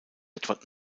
edward